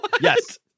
Yes